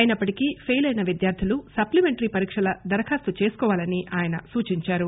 అయినప్పటికీ ఫెయిల్ అయిన విద్యార్దులు సప్లిమెంటరీ పరీక్షల దరఖాస్తు చేసుకోవాలని ఆయన సూచించారు